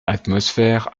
atmosphère